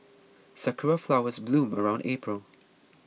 sakura flowers bloom around April